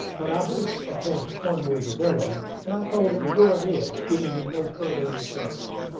but i wished to test cornwood's ability, and i told him to go ahead, giving him no further instructions.